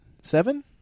Seven